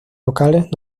locales